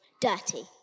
Dirty